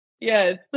Yes